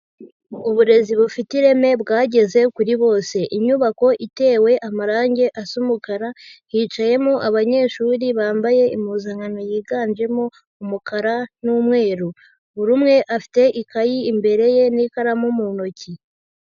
Uburezi bufite ireme bwageze kuri bose. Inyubako itewe amarange asa umukara, hicayemo abanyeshuri bambaye impuzankano yiganjemo umukara n'umweru. Buri umwe afite ikayi imbere ye n'ikaramu mu ntoki.